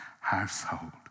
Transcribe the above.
household